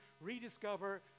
rediscover